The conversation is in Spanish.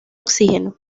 oxígeno